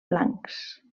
blancs